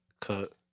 cut